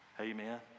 Amen